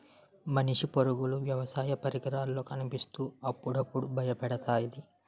మనిషి పరుగులు వ్యవసాయ పరికరాల్లో కనిపిత్తు అప్పుడప్పుడు బయపెడతాది